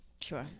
Sure